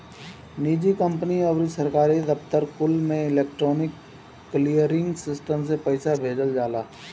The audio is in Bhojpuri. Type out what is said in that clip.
निजी कंपनी अउरी सरकारी दफ्तर कुल में इलेक्ट्रोनिक क्लीयरिंग सिस्टम से पईसा भेजल जाला